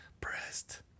pressed